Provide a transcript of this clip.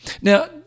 Now